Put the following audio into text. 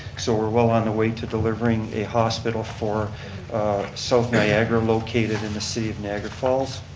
so we're well on the way to delivering a hospital for south niagara located in the city of niagara falls.